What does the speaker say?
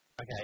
okay